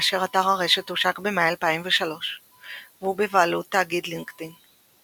כאשר אתר הרשת הושק במאי 2003 והוא בבעלות "תאגיד לינקדאין".